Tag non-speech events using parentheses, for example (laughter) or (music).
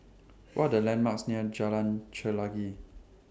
(noise) What Are The landmarks near Jalan Chelagi